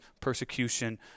persecution